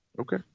Okay